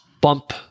bump